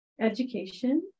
education